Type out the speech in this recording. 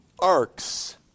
arcs